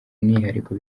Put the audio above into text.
mwihariko